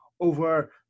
over